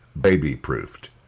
baby-proofed